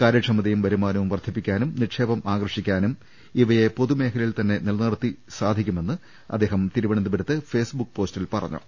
കാര്യക്ഷമതയും വരുമാ നവും വർദ്ധിപ്പിക്കാനും നിക്ഷേപം ആകർഷിക്കാനും ഇവയെ പൊതുമേഖ ലയിൽ തന്നെ നിലനിർത്തിത്തന്നെ സാധിക്കുമെന്ന് അദ്ദേഹം തിരുവനന്ത പുരത്ത് ഫേസ്ബുക്ക് പോസ്റ്റിൽ പറഞ്ഞു